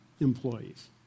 employees